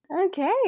Okay